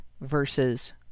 versus